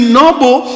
noble